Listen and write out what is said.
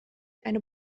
eine